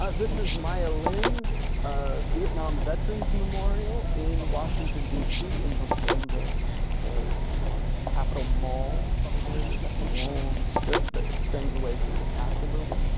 ah this is maya lin's ah vietnam veterans memorial in washington, d c. in the in the capitol mall area, that long strip that extends away from the capitol building.